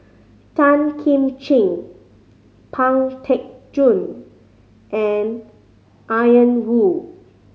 Tan Kim Ching Pang Teck Joon and Ian Woo